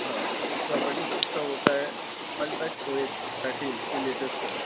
ہاں اس میں آپریٹنگ سسٹم ہوتا ہے Funtouch OS thirteen جو لیٹسٹ ہے